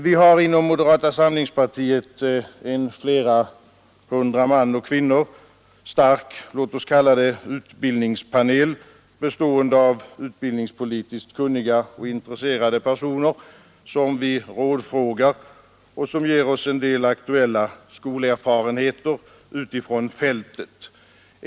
Vi har inom moderata samlingspartiet en flera hundra män och kvinnor stark, låt oss kalla den utbildningspanel, bestående av utbildningspolitiskt kunniga och intresserade personer, som vi rådfrågar och som ger oss en del aktuella skolerfarenheter utifrån fältet.